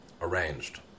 arranged